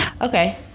Okay